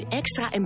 extra